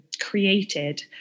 created